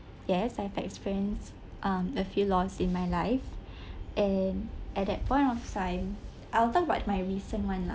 yes my best friends um a few lost in my life and at that point of time I'll talk about my recent [one] lah